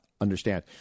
understand